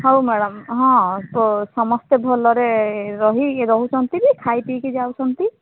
ହଉ ମ୍ୟାଡମ ହଁ ତ ସମସ୍ତେ ଭଲରେ ରହି ରହୁଛନ୍ତି ବି ଖାଇ ପିଇକି ଯାଉଛନ୍ତି